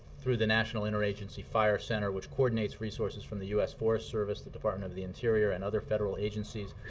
through the national interagency fire center, which coordinates resources from the u s. forest service, the department of the interior, and other federal agencies,